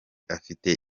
afite